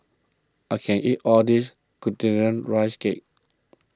I can't eat all this Glutinous Rice Cake